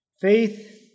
Faith